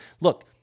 Look